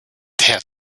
der